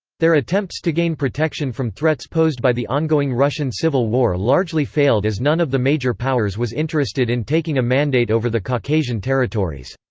their attempts to gain protection from threats posed by the ongoing russian civil war largely failed as none of the major powers was interested in taking a mandate over the caucasian territories.